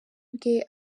bwe